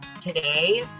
today